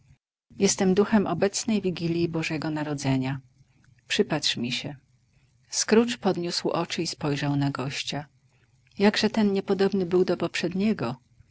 jestem duchem obecnej wigilji bożego narodzenia przypatrz mi się scrooge podniósł oczy i spojrzał na gościa jakże ten niepodobny był do poprzedniego